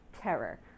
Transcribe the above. terror